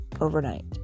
overnight